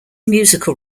musical